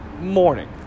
morning